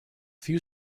few